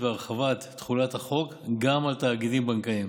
והרחבת תחולת החוק גם על תאגידים בנקאיים,